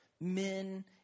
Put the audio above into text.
men